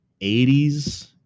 80s